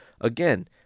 again